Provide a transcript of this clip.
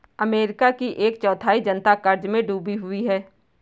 America की एक चौथाई जनता क़र्ज़ में डूबी हुई है